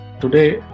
Today